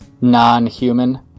non-human